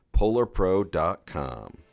PolarPro.com